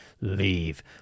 Leave